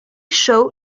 show